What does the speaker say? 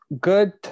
good